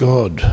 God